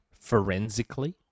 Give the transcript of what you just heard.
forensically